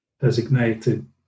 designated